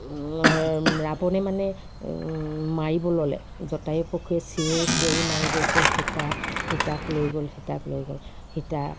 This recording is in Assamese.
ৰাৱণে মানে মাৰিব ল'লে জটায়ু পক্ষীয়ে চিঞৰি চিঞৰি মাৰি গৈছে সীতা সীতাক লৈ গ'ল সীতাক লৈ গ'ল সীতা